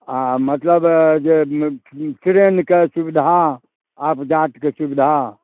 हँ मतलबअ जे ट्रेनके सुविधा आबजातके सुविधा